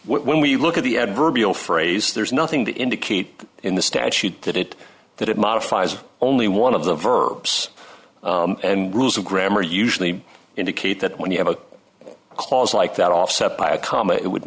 when we look at the adverbial phrase there's nothing to indicate in the statute did it that it modifies only one of the verbs and rules of grammar usually indicate that when you have a clause like that offset by a comma it would